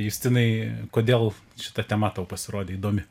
justinai kodėl šita tema tau pasirodė įdomi